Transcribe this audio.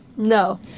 No